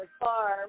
farm